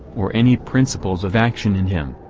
or any principles of action in him,